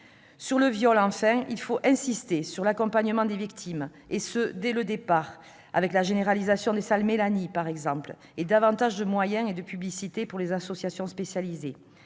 le viol enfin, il faut insister sur l'accompagnement des victimes, et ce dès le départ, avec la généralisation des salles Mélanie, davantage de moyens et de publicité pour les associations spécialisées.